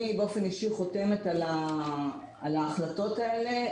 אני באופן אישי חותמת על ההחלטות האלה,